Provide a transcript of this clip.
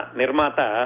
nirmata